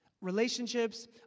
Relationships